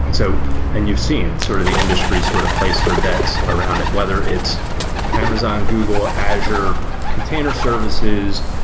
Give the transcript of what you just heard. and so and you've seen sort of the industry sort of place their bets around it, whether it's amazon, google, azure container services,